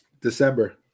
December